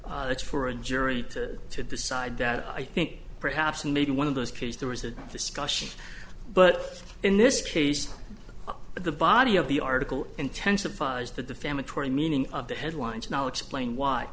meaning for a jury to to decide that i think perhaps maybe one of those kids there was a discussion but in this case but the body of the article intensifies the defamatory meaning of the headlines now explain why